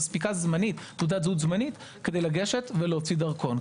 תעודת זהות זמנית כדי לגשת ולהוציא דרכון.